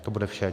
To bude vše.